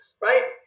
right